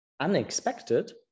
unexpected